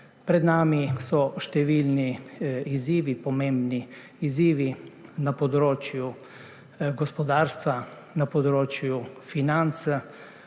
Pred nami so številni izzivi, pomembni izzivi na področju gospodarstva, na področju financ,